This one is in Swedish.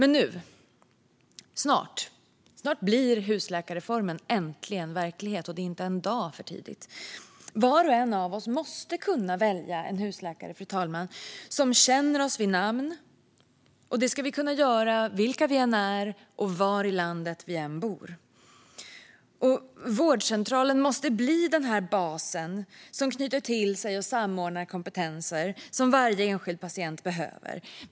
Nu blir snart husläkarreformen äntligen verklighet, och det är inte en dag för tidigt. Var och en av oss måste kunna välja en husläkare, fru talman, som känner oss vid namn. Det ska vi kunna göra vilka vi än är och var i landet vi än bor. Vårdcentralen måste bli den här basen som knyter till sig och samordnar de kompetenser som varje enskild patient behöver.